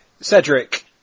Cedric